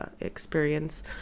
experience